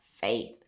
faith